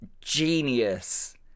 genius